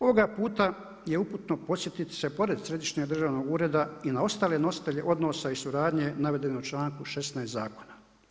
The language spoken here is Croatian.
Ovoga puta je uputno podsjetiti se pored središnjeg državnog ureda i na ostale nositelje odnosa i suradnje navedene u članku 16. zakona.